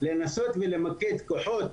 לנסות למקד כוחות,